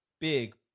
big